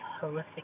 horrific